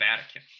Vatican